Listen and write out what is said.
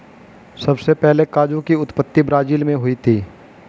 सबसे पहले काजू की उत्पत्ति ब्राज़ील मैं हुई थी